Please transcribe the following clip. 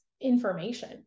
information